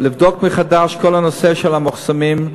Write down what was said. לבדוק מחדש את כל הנושא של המחסומים,